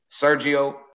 Sergio